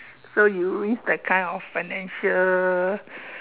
so you risk that kind of financial